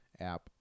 app